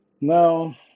Now